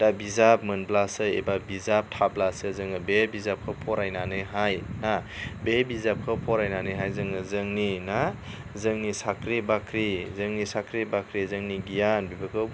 दा बिजाब मोनब्लासो एबा बिजाब थाब्लासो जोङो बे बिजाबखौ फरायनानैहाय बे बिजाबखौ फरायनानैहाय जोङो जोंनि ना जोंनि साख्रि बाख्रि जोंनि साख्रि बाख्रि जोंनि गियान बेफोरखौ